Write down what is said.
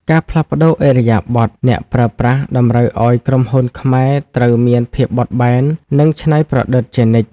ការផ្លាស់ប្តូរឥរិយាបថអ្នកប្រើប្រាស់តម្រូវឱ្យក្រុមហ៊ុនខ្មែរត្រូវមានភាពបត់បែន និងច្នៃប្រឌិតជានិច្ច។